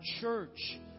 church